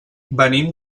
venim